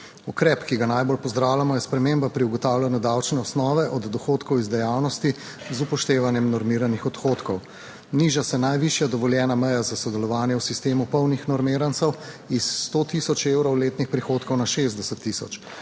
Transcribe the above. Ukrep, ki ga najbolj pozdravljamo, je sprememba pri ugotavljanju davčne osnove od dohodkov iz dejavnosti z upoštevanjem normiranih odhodkov. Niža se najvišja dovoljena meja za sodelovanje v sistemu polnih normirancev iz 100 tisoč evrov letnih prihodkov na 60 tisoč.